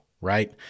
right